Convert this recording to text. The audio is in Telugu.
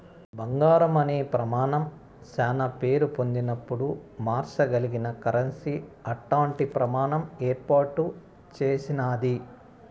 బంగారం అనే ప్రమానం శానా పేరు పొందినపుడు మార్సగలిగిన కరెన్సీ అట్టాంటి ప్రమాణం ఏర్పాటు చేసినాది